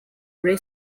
ray